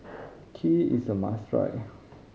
kheer is a must try